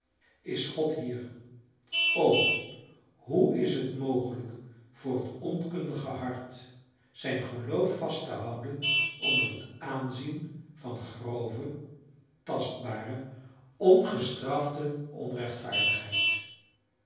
is god hier o hoe is het mogelijk voor het onkundige hart zijn geloof vast te houden onder het aanzien van grove tastbare ongestrafte onrechtvaardigheid